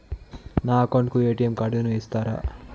నా అకౌంట్ కు ఎ.టి.ఎం కార్డును ఇస్తారా